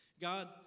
God